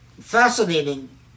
fascinating